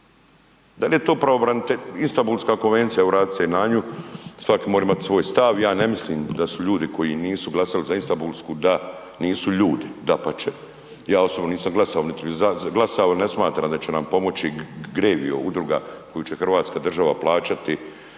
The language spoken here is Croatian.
Dal je to Istambulska konvencija, evo vratit ću se i na nju, svaki mora imat svoj stav, ja ne mislim da su ljudi koji nisu glasali za Istambulsku da nisu ljudi, dapače, ja osobno nisam glasao, niti bi glasao, ne smatram da će nam pomoći Grevija udruga koju će hrvatska država plaćati,